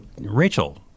Rachel